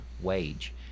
wage